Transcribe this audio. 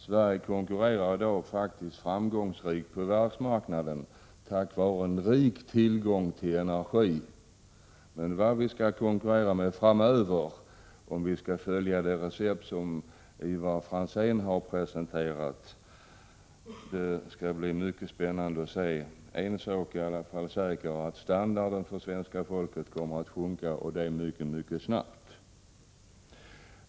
Sverige konkurrerar i dag faktiskt framgångsrikt på världsmarknaden tack vare en rik tillgång på energi, men vad skall vi konkurrera med framöver, om vi skall följa det recept som Ivar Franzén har presenterat? Det skall bli mycket spännande att se. En sak är säker: standarden för svenska folket kommer att sjunka och det mycket snabbt.